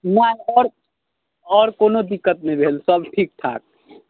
नहि आओर आओर कोनो दिक्कत नहि भेल सब ठीकठाक